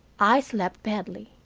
i slept badly.